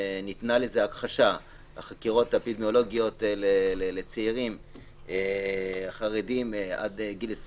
וניתנה לזה הכחשה - החקירות האפידמיולוגיות לצעירים חרדים עד גיל 40